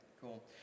Cool